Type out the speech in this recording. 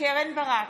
קרן ברק,